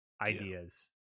ideas